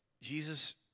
Jesus